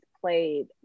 played